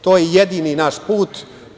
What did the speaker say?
To je jedini naš put.